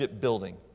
building